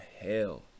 hell